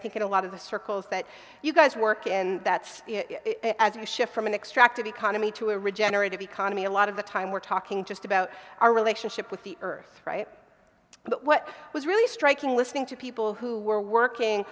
think in a lot of the circles that you guys work in that's as you shift from an extract of economy to a regenerative economy a lot of the time we're talking just about our relationship with the earth right but what was really striking listening to people who were working